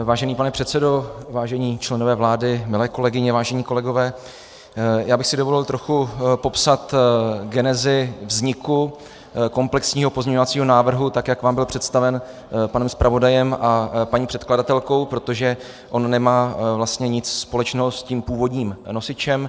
Vážený pane předsedo, vážení členové vlády, milé kolegyně, vážení kolegové, já bych si dovolil trochu popsat genezi vzniku komplexního pozměňovacího návrhu, jak vám byl představen panem zpravodajem a paní předkladatelkou, protože on nemá vlastně nic společného s tím původním nosičem.